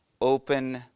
open